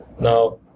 Now